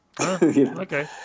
Okay